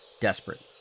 desperate